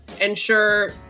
ensure